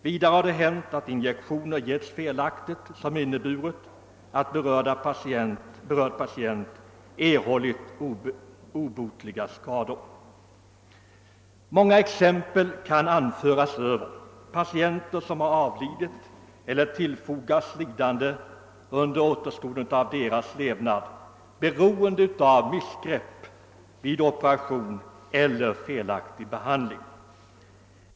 Vidare har det hänt att injektioner getts felaktigt med påföljd att berörd patient erhållit obotliga skador. Många exempel kan anföras på patienter som avlidit eller tillfogats lidande under återstoden av sin levnad på grund av missgrepp vid operation eller annan felaktig behandling.